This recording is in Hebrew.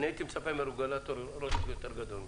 אני הייתי מצפה מרגולטור ראש יותר גדול מזה.